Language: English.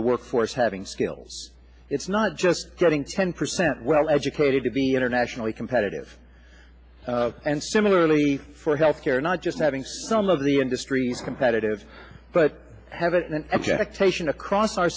the workforce having skills it's not just getting ten percent well educated to be internationally competitive and similarly for health care not just having some of the industries competitive but have it a